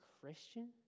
Christian